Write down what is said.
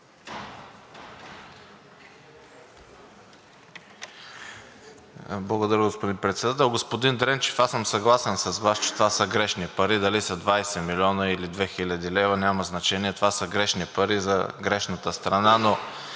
Благодаря, господин Председател. Господин Дренчев, аз съм съгласен с Вас, че това са грешни пари. Дали са 20 милиона или 2 хил. лв., няма значение, това са грешни пари за грешната страна. Но